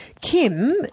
Kim